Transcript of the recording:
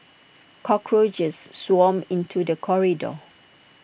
cockroaches swarmed into the corridor